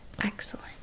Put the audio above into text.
Excellent